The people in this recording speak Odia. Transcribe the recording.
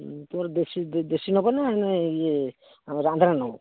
ପିଓର୍ ଦେଶୀ ଦେଶୀ ନେବ ନା ନା ଇଏ ଆମର ଆନ୍ଧ୍ରା ନେବ